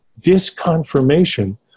disconfirmation